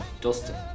Dustin